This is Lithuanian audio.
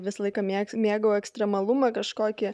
visą laiką mėgau mėgau ekstremalumą kažkokį